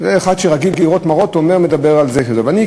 מדבר על זה אחד שרגיל לראות מראות.